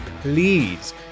please